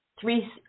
three